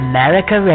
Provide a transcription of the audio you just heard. America